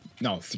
no